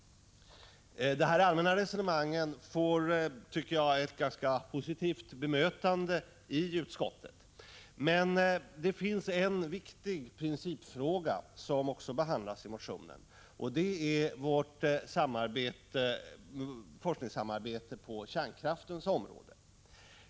De allmänna resonemangen får, tycker jag, ett ganska positivt bemötande i utskottet. Det finns en viktig principfråga som också behandlas i motionen. Det är vårt forskningssamarbete på kärnkraftens område.